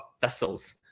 vessels